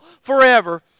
forever